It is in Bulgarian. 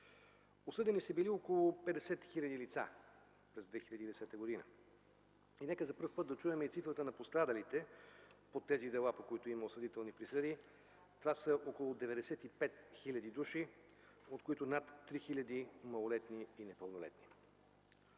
Осъдени са били около 50 хиляди лица през 2010 г. Нека за пръв път чуем и цифрата на пострадалите по тези дела, по които има осъдителни присъди: това са около 95 хиляди души, от които над 3 хиляди малолетни и непълнолетни.